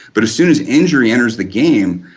but as soon as injury enters the game,